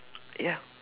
ya